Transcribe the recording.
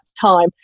time